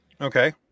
Okay